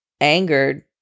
angered